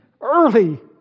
early